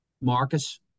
Marcus